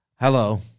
Hello